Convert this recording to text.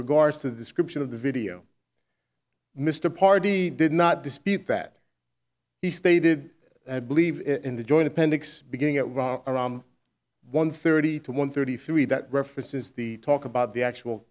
regards to the description of the video mr party did not dispute that he stated i believe in the joint appendix beginning at around one thirty to one thirty three that references the talk about the actual